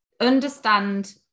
understand